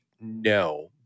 no